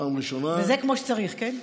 וזה כמו שצריך, כן?